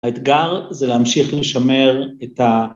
‫האתגר זה להמשיך לשמר את ה...